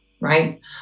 right